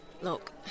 Look